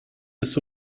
des